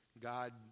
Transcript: God